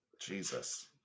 Jesus